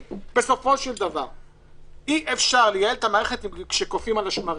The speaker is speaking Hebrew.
בסופו של דבר אי-אפשר לייעל את המערכת כשקופאים על השמרים.